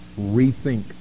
rethink